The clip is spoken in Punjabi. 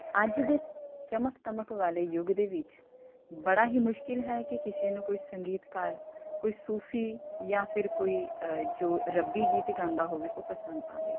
ਅੱਜ ਦੇ ਚਮਕ ਦਮਕ ਵਾਲੇ ਯੁੱਗ ਦੇ ਵਿੱਚ ਬੜਾ ਹੀ ਮੁਸ਼ਕਿਲ ਹੈ ਕਿ ਕਿਸੇ ਨੂੰ ਕੋਈ ਸੰਗੀਤਕਾਰ ਕੋਈ ਸੂਫੀ ਜਾਂ ਫਿਰ ਕੋਈ ਜੋ ਰੱਬੀ ਗੀਤ ਗਾਉਂਦਾ ਹੋਵੇ ਉਹ ਪਸੰਦ ਆਵੇ